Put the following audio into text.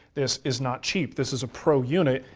this is not cheap, this is a pro unit.